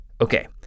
Okay